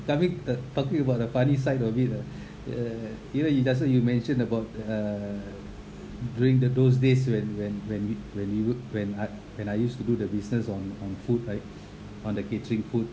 uh talking about the funny side of it lah ya you know you that what you mentioned about uh during the those days when when when we~ when you when I when I used to do the business on on food like on the catering food